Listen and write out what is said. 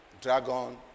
dragon